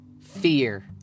fear